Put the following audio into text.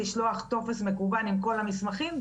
לשלוח טופס מקוון עם כל המסמכים,